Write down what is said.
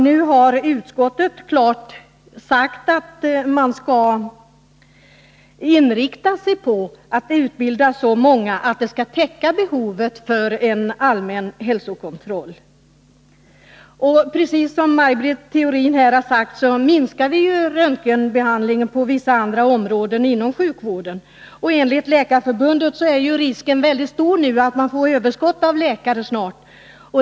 Nu har utskottet klart uttalat att man skall inrikta sig på att utbilda så många att det skall täcka behovet för en allmän hälsokontroll. Som Maj Britt Theorin sade minskar antalet röntgenbehandlingar på vissa andra områden inom sjukvården. Enligt Läkarförbundet är risken nu stor att man snart får ett överskott av läkare.